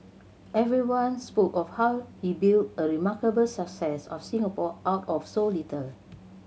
everyone spoke of how he built a remarkable success of Singapore out of so little